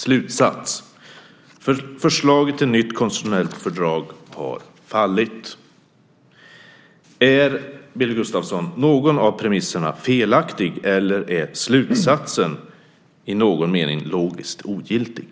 Slutsats: Förslaget till nytt konstitutionellt fördrag har fallit. Är, Billy Gustafsson, någon av premisserna felaktig? Eller är slutsatsen i någon mening logiskt ogiltig?